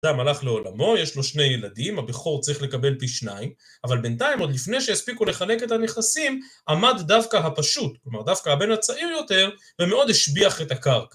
אדם הלך לעולמו, יש לו שני ילדים, הבכור צריך לקבל פי שניים, אבל בינתיים, עוד לפני שהספיקו לחלק את הנכסים, עמד דווקא הפשוט, כלומר דווקא הבן הצעיר יותר, ומאוד השביח את הקרקע.